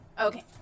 Okay